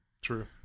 True